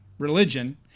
religion